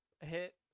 hit